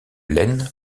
laine